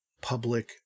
public